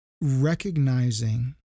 recognizing